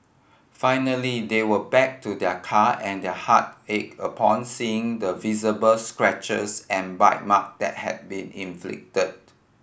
finally they went back to their car and their heart ached upon seeing the visible scratches and bite mark that had been inflicted